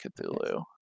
Cthulhu